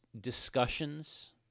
discussions